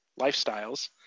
lifestyles